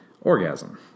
Orgasm